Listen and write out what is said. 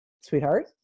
sweetheart